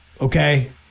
okay